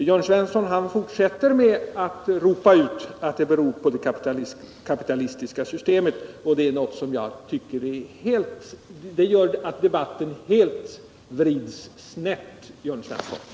Jörn Svensson fortsätter med att ropa ut att det beror på det kapitalistiska systemet, något som gör att debatten enligt min mening förenklas.